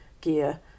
gear